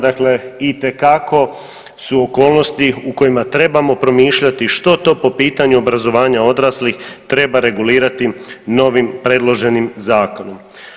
Dakle, itekako su okolnosti u kojima trebamo promišljati što to po pitanju obrazovanja odraslih treba regulirati novim predloženim zakonom.